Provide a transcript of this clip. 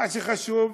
מה שחשוב,